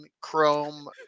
Chrome